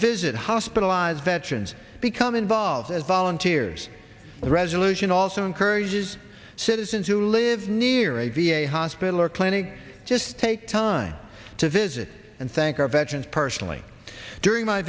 visit hospitalized veterans become involved as volunteers the resolution also encourages citizens who live near a v a hospital or clinic just take time to visit and thank our veterans personally during my